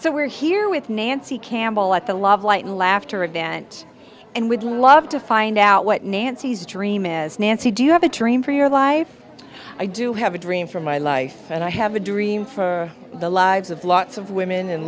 so we're here with nancy campbell at the love light and laughter advantage and would love to find out what nancy's dream as nancy do you have a dream for your life i do have a dream for my life and i have a dream for the lives of lots of women and